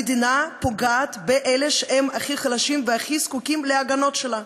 המדינה פוגעת באלה שהם הכי חלשים והכי זקוקים להגנות שלה: